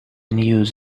news